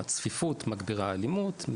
הצפיפות מגבירה אלימות,